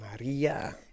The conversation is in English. Maria